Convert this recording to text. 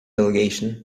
delegation